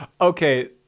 okay